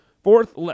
Fourth